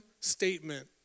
statement